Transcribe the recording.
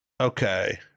okay